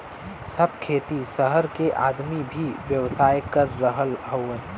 सब खेती सहर के आदमी भी व्यवसाय कर रहल हउवन